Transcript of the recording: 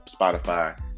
Spotify